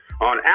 on